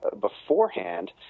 beforehand